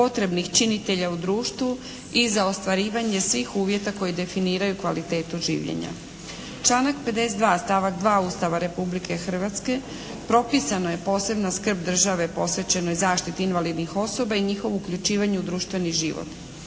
potrebnih činitelja u društvu i za ostvarivanje svih uvjeta koji definiraju kvalitetu življenja. Članak 52. stavak 2. Ustava Republike Hrvatske propisana je posebna skrb države posvećenoj zaštiti invalidnih osoba i njihovo uključivanje u društveni život.